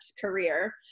career